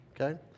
Okay